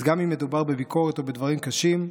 אז גם אם מדובר בביקורת או בדברים קשים,